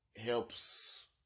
helps